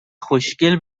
خوشگل